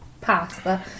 pasta